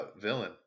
villain